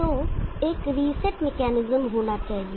तो एक reset mechanism होना चाहिए